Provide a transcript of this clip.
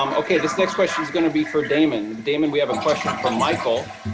um ok, this next question is going to be for damon. damon, we have a question from michael.